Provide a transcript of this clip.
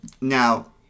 Now